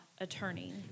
attorney